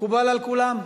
מקובל על כולם?